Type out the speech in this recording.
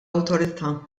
awtorità